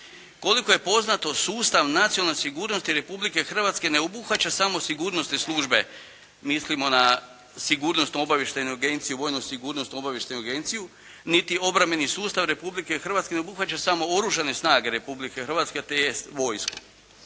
Koliko je poznato sustav nacionalne sigurnosti Republike Hrvatske ne obuhvaća samo sigurnosne službe, mislimo na Sigurnosnu obavještajnu agenciju, Vojnu sigurnosnu obavještajnu agenciju, niti obrambeni sustav Republike Hrvatske obuhvaća samo Oružane snage Republike Hrvatske tj. vojsku.